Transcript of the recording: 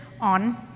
on